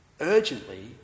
urgently